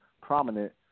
prominent